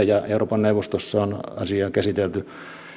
ja euroopan neuvostossa on asiaa käsitelty